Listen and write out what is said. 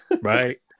Right